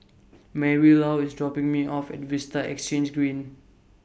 Marylou IS dropping Me off At Vista Exhange Green